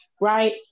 right